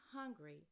hungry